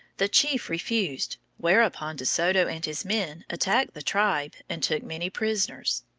the chief refused whereupon de soto and his men attacked the tribe and took many prisoners.